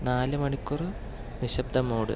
നാല് മണിക്കൂറ് നിശബ്ദ മോഡ്